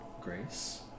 grace